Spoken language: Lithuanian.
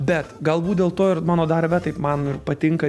bet galbūt dėl to ir mano darbe taip man ir patinka